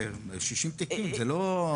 זה 60 תיקים, זה לא...